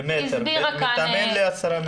מתאמן לעשרה מ'.